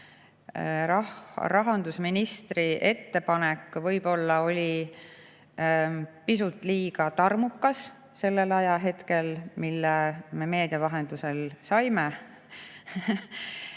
rahandusministri ettepanek oli võib-olla pisut liiga tarmukas sellel ajahetkel, kui me meedia vahendusel saime